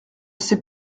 sais